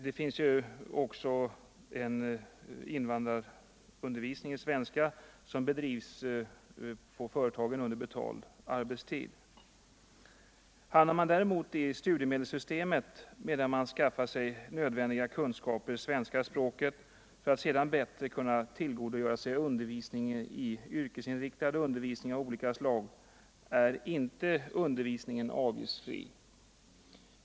Det finns också invandrarundervisning i svenska som bedrivs på företagen under betald arbetstid. Hamnar man däremot i studiemedelssystemet medan man skaffar sig nödvändiga kunskaper i svenska språket för att bättre kunna tillgodogöra sig yrkesinriktad undervisning av olika slag är undervisningen inte avgiftsfri.